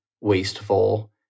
wasteful